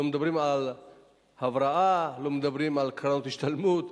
לא מדברים על הבראה, לא מדברים על קרנות השתלמות,